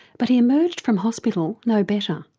but he emerged from hospital no better.